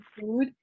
food